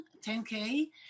10k